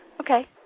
Okay